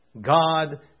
God